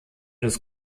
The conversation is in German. des